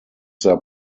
their